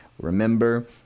Remember